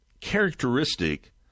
Characteristic